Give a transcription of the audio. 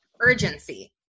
urgency